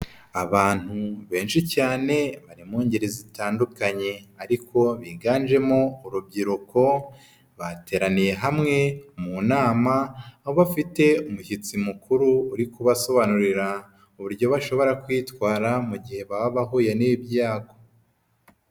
Abantu benshi cyane bari mu ngeri zitandukanye ariko biganjemo urubyiruko, bateraniye hamwe mu nama aho bafite umushyitsi mukuru uri kubasobanurira uburyo bashobora kwitwara mu gihe baba bahuye n'ibyago.